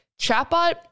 chatbot